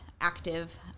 active